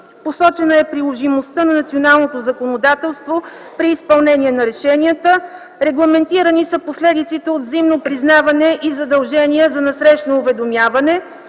Посочена е приложимостта на националното законодателство при изпълнение на решенията. Регламентирани са последиците от взаимно признаване и задължения за насрещно уведомяване.